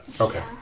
Okay